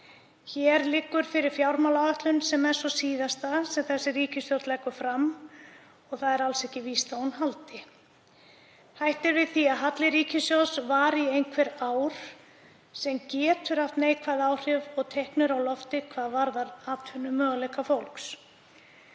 Hér liggur fyrir fjármálaáætlun sem er sú síðasta sem þessi ríkisstjórn leggur fram og er alls ekki víst að hún haldi. Hætt er við því að halli ríkissjóðs vari í einhver ár, sem getur haft neikvæð áhrif, og teikn eru á lofti hvað varðar atvinnumöguleika fólks.